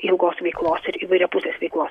ilgos veiklos ir įvairiapusės veiklos